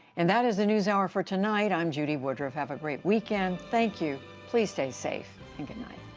and that is the newshour for tonight. i'm judy woodruff. have a great weekend. thank you, please stay safe, and good night.